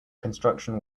construction